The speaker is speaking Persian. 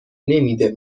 نمیده